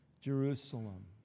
Jerusalem